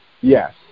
yes